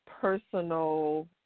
personal